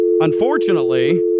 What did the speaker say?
unfortunately